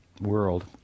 world